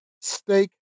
steak